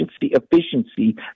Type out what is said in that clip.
efficiency